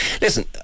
Listen